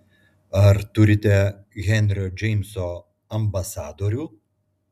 ar turite henrio džeimso ambasadorių